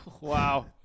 Wow